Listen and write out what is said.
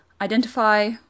identify